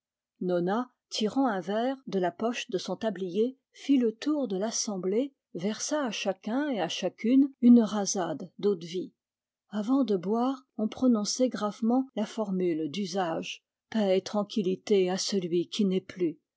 nona tirant un verre de la poche de son tablier fit le tour de l'assemblée versa à chacun et à chacune une rasade d eau-de-vie avant de boire on prononçait gravement la formule d'usage paix et tranquillité à celui qui n'est plus